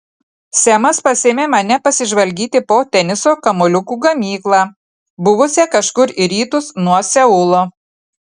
semas pasiėmė mane pasižvalgyti po teniso kamuoliukų gamyklą buvusią kažkur į rytus nuo seulo